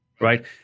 right